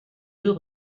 deux